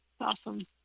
awesome